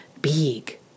big